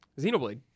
Xenoblade